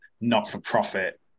not-for-profit